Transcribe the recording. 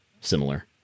similar